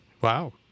Wow